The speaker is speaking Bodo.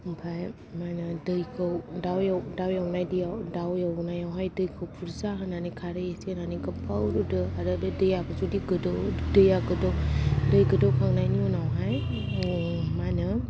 ओमफाय मा होनो दैखौ दाउ दाउ एवनाय दैआव दाउ एवनायाव दैखौ बुर्जा होनानै खारै एसे होनानै गोबबाव रुदो आरो बे दैआ जुदि गोदो दैआ जुदि गोदौओ दैआ गोदौ दै गोदौ खांनायनि उनाव हाय मा होनो